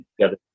together